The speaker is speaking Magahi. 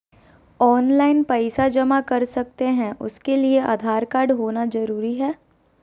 ऑनलाइन पैसा जमा कर सकते हैं उसके लिए आधार कार्ड होना जरूरी है?